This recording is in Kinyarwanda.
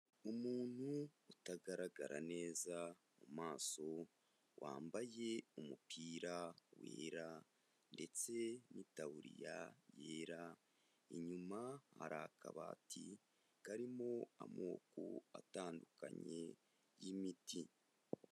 Umuntu utagaragara neza mu maso, wambaye umupira wera ndetse n'itaburiya yera, inyuma hari akabati karimo amoko atandukanye y'imiti.